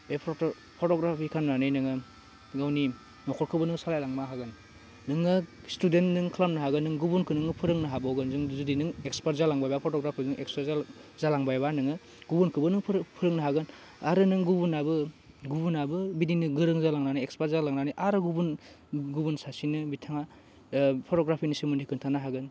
बे फट' फट'ग्राफि खालामनानै नोङो गावनि नखरखौबो नों सालायलांनो हागोन नोङो स्टुडेन नों खालामनो हागोन गुबुनखौ नोङो फोरोंनो हाबावगोन जुदि नों इस्कपार्ट जालांबायबा फट'ग्राफारजों इक्सपार्ट जालांबायबा नोङो गुबुनखौबो नों फोरों फोरोंनो हागोन आरो नों गुबुनाबो गुबुनाबो बिदिनो गोरों जालांनानै इक्सपार्ट जालांनानै आरो गुबुन गुबुन सासेनो बिथाङा फट'ग्राफिनि सोमोन्दै खिन्थानो हागोन